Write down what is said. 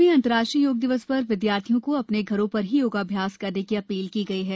छटवां अन्तर्राष्ट्रीय योग दिवस पर विद्यार्थियों को अपने घरों पर ही योगाभ्यास करने की अपील की गई है